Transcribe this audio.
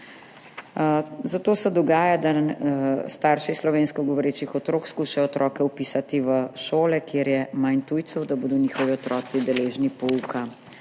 Zato se dogaja, da starši slovensko govorečih otrok skušajo otroke vpisati v šole, kjer je manj tujcev, da bodo njihovi otroci deležni pouka